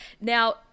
Now